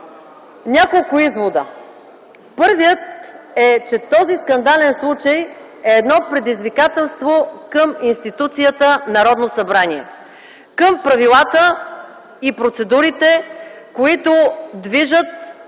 няколко извода. Първият е, че този скандален случай е предизвикателство към институцията Народно събрание, към правилата и процедурите, които движат